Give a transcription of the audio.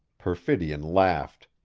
perfidion laughed.